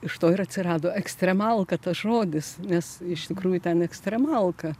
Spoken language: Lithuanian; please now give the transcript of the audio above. iš to ir atsirado ekstremalų kad tas žodis nes iš tikrųjų ten ekstremalka